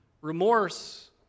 Remorse